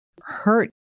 hurt